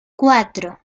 cuatro